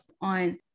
on